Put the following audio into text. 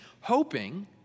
hoping